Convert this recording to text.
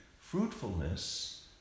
Fruitfulness